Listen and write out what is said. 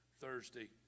Thursday